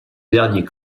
dernier